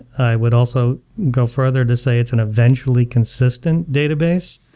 i would also go further to say it's an eventually consistent database.